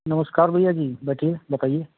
नमस्कार भैया जी बैठिए बताइए